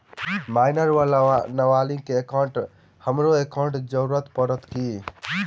Minor वा नबालिग केँ एकाउंटमे हमरो एकाउन्ट जोड़य पड़त की?